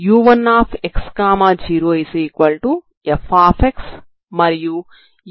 u1x0fమరియు u2x0f అవుతుంది